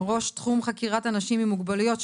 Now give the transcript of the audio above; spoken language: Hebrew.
ראש תחום חקירת אנשים עם מוגבלויות.